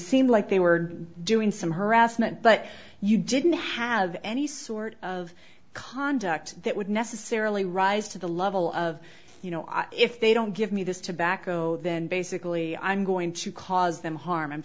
seemed like they were doing some harassment but you didn't have any sort of conduct that would necessarily rise to the level of you know if they don't give me this tobacco then basically i'm going to cause them harm i'm